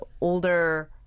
older